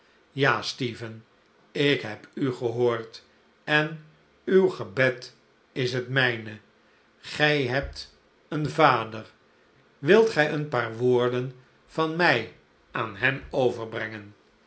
ja stephen ik heb u gehoord en uw gebed is het mijne gij hebt een vader wilt gij een paar woorden van mij aan hem overbrengen